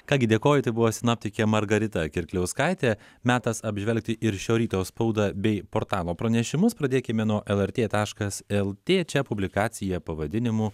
ką gi dėkoju tai buvo sinoptikė margarita kirkliauskaitė metas apžvelgti ir šio ryto spaudą bei portalo pranešimus pradėkime nuo lrt taškas lt čia publikacija pavadinimu